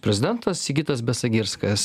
prezidentas sigitas besagirskas